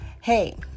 Hey